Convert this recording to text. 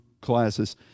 classes